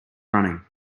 running